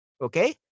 Okay